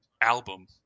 album